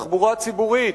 תחבורה ציבורית,